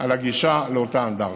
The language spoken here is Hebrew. על הגישה לאותה אנדרטה.